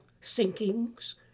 sinkings